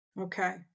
Okay